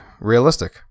realistic